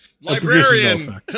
Librarian